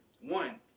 one